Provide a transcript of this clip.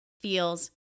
feels